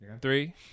Three